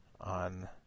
on